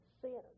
sin